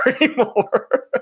anymore